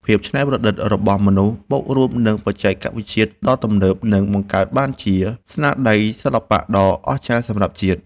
ភាពច្នៃប្រឌិតរបស់មនុស្សបូករួមនឹងបច្ចេកវិទ្យាដ៏ទំនើបនឹងបង្កើតបានជាស្នាដៃសិល្បៈដ៏អស្ចារ្យសម្រាប់ជាតិ។